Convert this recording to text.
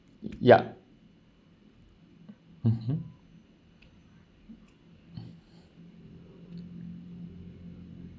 yup mmhmm